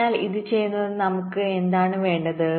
അതിനാൽ ഇത് ചെയ്യുന്നതിന് നമുക്ക് എന്താണ് വേണ്ടത്